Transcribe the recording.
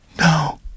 no